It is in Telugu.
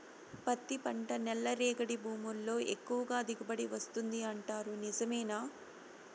పత్తి పంట నల్లరేగడి భూముల్లో ఎక్కువగా దిగుబడి వస్తుంది అంటారు నిజమేనా